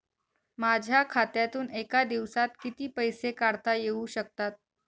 माझ्या खात्यातून एका दिवसात किती पैसे काढता येऊ शकतात?